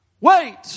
Wait